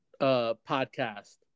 podcast